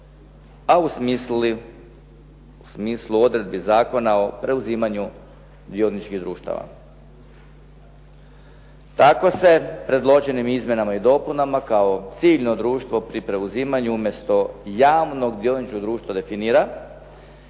a u smislu odredbi Zakona o preuzimanju dioničkih društava. Tako se predloženim izmjenama i dopunama kao ciljno društvo pri preuzimanju umjesto javnog dioničkog društva definira